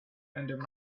under